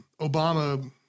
Obama